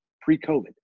pre-COVID